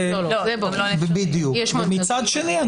מצד שני,